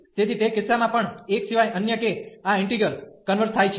તેથી તે કિસ્સામાં આ એક સિવાય અન્ય કે આ ઈન્ટિગ્રલ કન્વર્ઝ થાય છે